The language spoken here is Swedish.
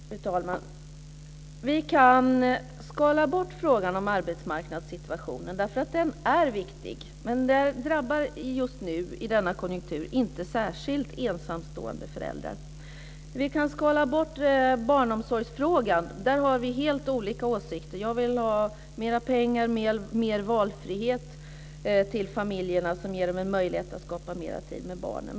Fru talman! Vi kan skala bort frågan om arbetsmarknadssituationen, därför att den är viktig. Men den drabbar just nu, i denna konjunktur, inte särskilt ensamstående föräldrar. Vi kan skala bort barnomsorgsfrågan. Där har vi helt olika åsikter. Jag vill ha mer pengar och mer valfrihet till familjerna, som ger dem en möjlighet att skapa mer tid med barnen.